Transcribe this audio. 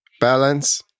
Balance